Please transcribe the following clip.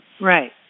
Right